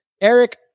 Eric